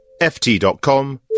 ft.com